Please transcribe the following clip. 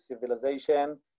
civilization